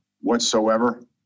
whatsoever